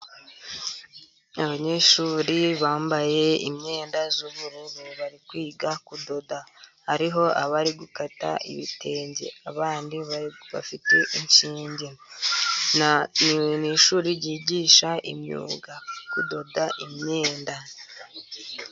Abanyeshuri bambaye imyenda y'ubururu bari kwiga kudoda. Hariho abari gukata ibitenge. Abandi bafite inshinge. Ni ishuri ryigisha imyuga, kudoda imyenda.